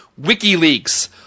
WikiLeaks